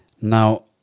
Now